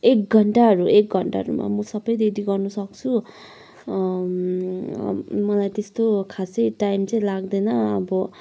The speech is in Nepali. एक घन्टाहरू एक घन्टाहरूमा म सबै रेडी गर्नु सक्छु मलाई त्यस्तो खासै टाइम चाहिँ लाग्दैन अब